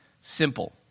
simple